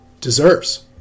deserves